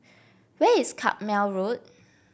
where is Carpmael Road